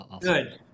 good